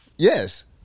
Yes